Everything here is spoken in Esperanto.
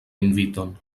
inviton